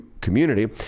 community